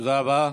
תודה רבה.